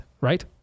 right